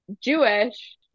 Jewish